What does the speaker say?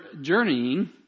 Journeying